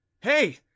Hey